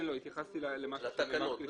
כן, התייחסתי למה שנאמר --- לתקנות.